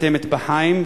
בתי-מטבחיים,